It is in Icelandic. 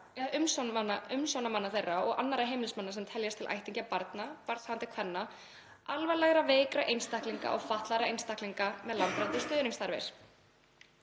umsjónarmanna þeirra og annarra heimilismanna sem teljast til ættingja barna, barnshafandi kvenna, alvarlegra veikra einstaklinga og fatlaðra einstaklinga með langvarandi stuðningsþarfir.